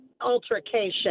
altercation